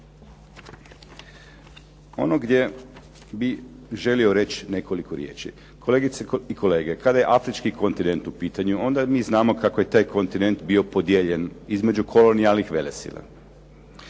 Ono gdje bih želio reći nekoliko riječi. Kolegice i kolege, kada je afrički kontinent u pitanju, onda mi znamo kako je taj kontinent bio podijeljen, između kolonijalnih velesila.